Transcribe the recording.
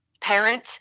parent